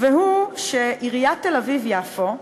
והוא שעיריית תל-אביב-יפו,